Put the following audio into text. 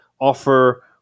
offer